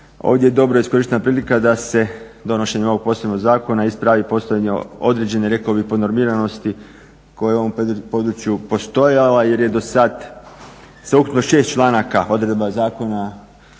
Ovdje je dobro iskorištena prilika da se donošenjem ovog posebnog zakona ispravi postojanje određene, rekao bih pod normiranosti, koja je u ovom području postojala jer je do sad sveukupno 6 članaka odredba Zakona